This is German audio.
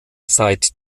seit